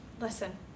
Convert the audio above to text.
Listen